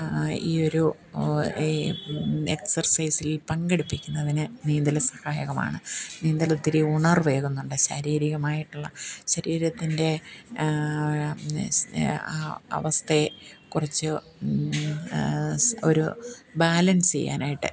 ഈയൊരു ഈ എക്സർസൈസിൽ പങ്കെടുപ്പിക്കുന്നതിന് നീന്തൽ സഹായകമാണ് നീന്തൽ ഒത്തിരി ഉണർവേകുന്നുണ്ട് ശാരീരികമായിട്ടുള്ള ശരീരത്തിൻ്റെ സ് ആ അവസ്ഥയെ കുറിച്ച് സ് ഒരു ബാലൻസ് ചെയ്യാനായിട്ട്